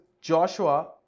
Joshua